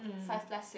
five plus six